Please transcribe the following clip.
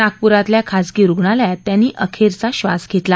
नागपूरातल्या खाजगी रुग्णालयात त्यांनी अखेरचा श्वास घेतला